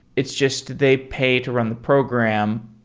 it's just they paid to run the program,